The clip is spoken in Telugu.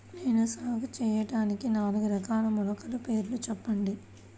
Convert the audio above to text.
నేను సాగు చేయటానికి నాలుగు రకాల మొలకల పేర్లు చెప్పండి?